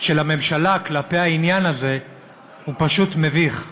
של הממשלה כלפי העניין הזה הוא פשוט מביך.